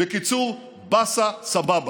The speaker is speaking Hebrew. בקיצור באסה-סבבה.